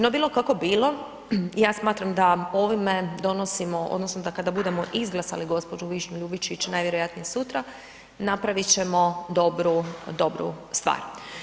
No, bilo kako bilo, ja smatram da ovime donosimo, odnosno da kada budemo izglasali gđu. Višnju Ljubičić, najvjerojatnije sutra, napravit ćemo dobru stvar.